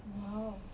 !wow!